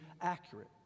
accurate